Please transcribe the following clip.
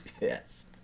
Yes